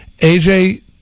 AJ